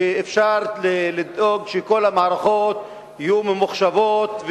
אפשר לדאוג שכל המערכות יהיו ממוחשבות,